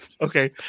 okay